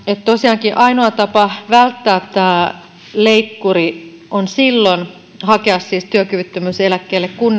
tosiaankin ainoa tapa välttää tämä leikkuri on hakea työkyvyttömyyseläkkeelle silloin kun